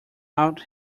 out